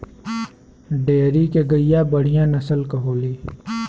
dairy के गईया बढ़िया नसल के होली